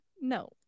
no